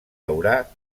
haurà